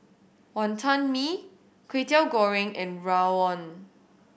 Wantan Mee Kwetiau Goreng and rawon